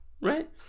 right